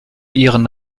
ihren